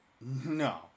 No